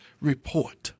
report